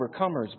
overcomers